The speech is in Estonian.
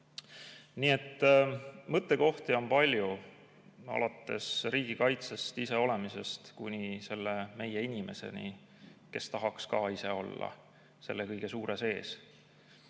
Nii et mõttekohti on palju, alates riigikaitsest ja iseolemisest kuni meie inimeseni, kes tahaks ise olla selle kõige suure sees.